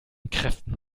kräften